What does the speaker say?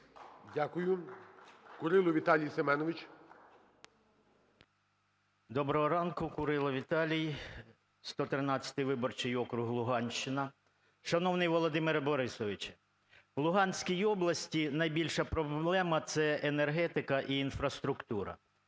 Дякую. Курило Віталій Семенович. 10:58:45 КУРИЛО В.С. Доброго ранку. Курило Віталій, 113 виборчий округ, Луганщина. Шановний Володимире Борисовичу! В Луганській області найбільша проблема – це енергетика і інфраструктура.